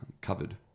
covered